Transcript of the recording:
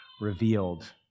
revealed